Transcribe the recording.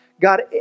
God